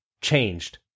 changed